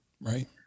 right